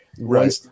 Right